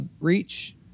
reach